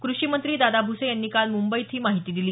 कृषी मंत्री दादा भुसे यांनी काल मुंबईत ही माहिती दिली